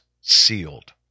sealed